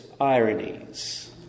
ironies